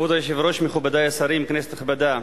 כבוד היושב-ראש, מכובדי השרים, כנסת נכבדה,